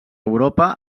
europa